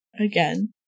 again